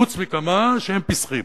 חוץ מכמה שהם פיסחים.